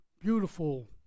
beautiful